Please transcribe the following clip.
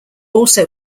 also